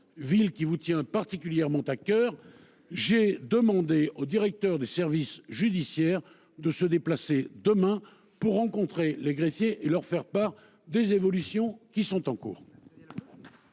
ville qui vous tient particulièrement à cœur, j’ai demandé au directeur des services judiciaires de s’y rendre demain pour rencontrer les greffiers et leur faire part des évolutions en cours.